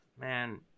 man